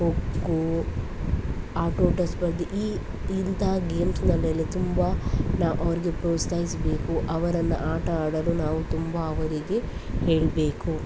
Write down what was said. ಕೊಕ್ಕೋ ಆಟೋಟ ಸ್ಪರ್ಧೆ ಈ ಇಂತಹ ಗೇಮ್ಸ್ನಲ್ಲೆಲ್ಲಾ ತುಂಬ ನಾವು ಅವ್ರಿಗೆ ಪ್ರೋತ್ಸಾಯಿಸ್ಬೇಕು ಅವರನ್ನು ಆಟ ಆಡಲು ನಾವು ತುಂಬಾ ಅವರಿಗೆ ಹೇಳಬೇಕು